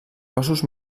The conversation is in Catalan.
cossos